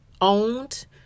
owned